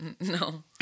No